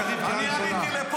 מה עם האחריות של ראש הממשלה?